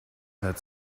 that